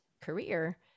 career